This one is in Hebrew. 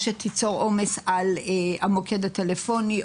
או שתיצור עומס על המוקד הטלפוני,